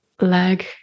leg